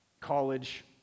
college